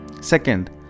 Second